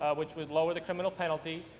ah which would lower the criminal penalty,